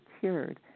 cured